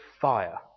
fire